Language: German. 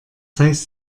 heißt